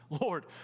Lord